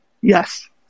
Yes